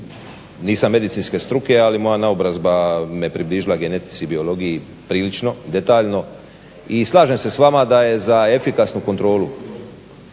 nisam medicinske struke ali moja naobrazba me približila genetici i biologiji prilično detaljno i slažem se s vama da je za efikasnu kontrolu